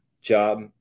job